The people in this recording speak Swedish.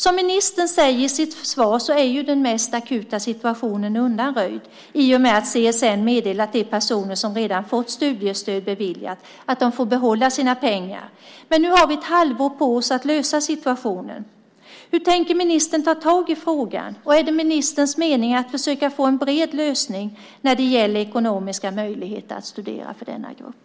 Som ministern säger i sitt svar är den mest akuta situationen undanröjd i och med att CSN meddelat de personer som redan fått studiestöd beviljat att de får behålla sina pengar. Nu har vi ett halvår på oss att lösa situationen. Hur tänker ministern ta tag i frågan? Är det ministerns mening att försöka få en bred lösning när det gäller de ekonomiska möjligheterna till studier för denna grupp?